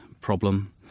problem